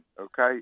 okay